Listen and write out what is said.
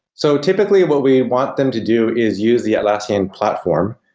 so typically, what we want them to do is use the atlassian platform.